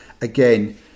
again